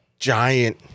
Giant